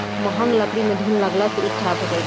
महँग लकड़ी में घुन लगला से इ खराब हो जाई